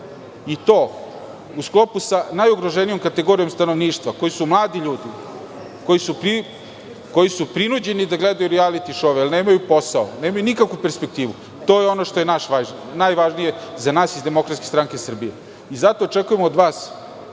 i to u sklopu sa najugroženijom kategorijom stanovništva, koji su mladi ljudi, koji su prinuđeni da gledaju rijaliti šou jer nemaju posao, nemaju nikakvu perspektivu. To je ono što je najvažnije za nas iz DSS i zato očekujemo od vas,